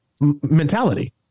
mentality